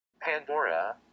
Pandora